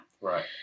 Right